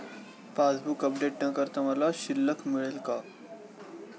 Passbook update न करता मला शिल्लक कळेल का?